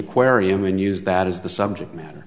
aquarium in use that is the subject matter